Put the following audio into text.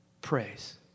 praise